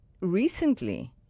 recently